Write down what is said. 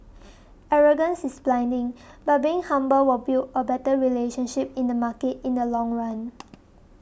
arrogance is blinding but being humble will build a better relationship in the market in the long run